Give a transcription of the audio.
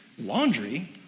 laundry